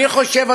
אני חושב,